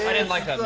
but didn't like,